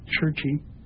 churchy